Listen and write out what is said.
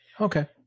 Okay